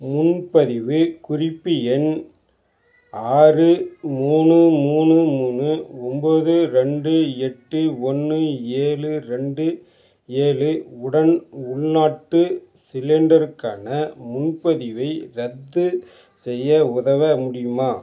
முன்பதிவு குறிப்பு எண் ஆறு மூணு மூணு மூணு ஒன்போது ரெண்டு எட்டு ஒன்று ஏழு ரெண்டு ஏழு உடன் உள்நாட்டு சிலிண்டருக்கான முன்பதிவை ரத்து செய்ய உதவ முடியுமா